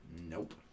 nope